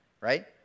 right